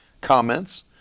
comments